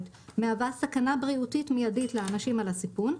מהווה סכנה בריאותית מידית לאנשים על הסיפון,